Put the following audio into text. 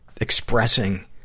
expressing